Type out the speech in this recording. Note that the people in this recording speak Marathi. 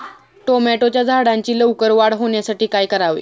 टोमॅटोच्या झाडांची लवकर वाढ होण्यासाठी काय करावे?